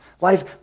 Life